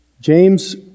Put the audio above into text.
James